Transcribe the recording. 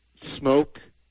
smoke